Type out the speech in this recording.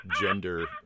gender